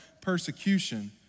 persecution